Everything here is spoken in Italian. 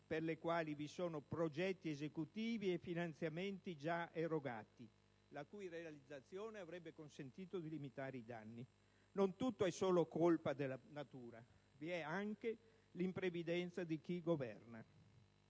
per le quali vi sono progetti esecutivi e finanziamenti già erogati, la cui realizzazione avrebbe consentito di limitare i danni. Non tutto è solo colpa della natura: vi è anche l'imprevidenza di chi governa.